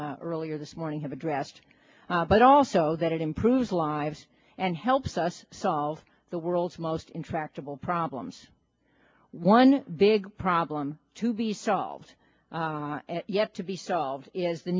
earlier this morning have addressed but also that it improves lives and helps us solve the world's most intractable problems one big problem to be solved yet to be solved is the